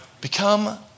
Become